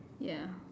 ya